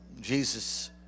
Jesus